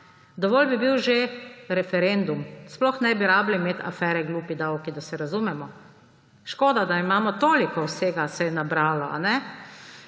Dovolj bi bil že referendum. Sploh ne bi rabili imeti afere »glupi davki«, da se razumemo. Škoda, da imamo toliko vsega, se je nabralo, kajne.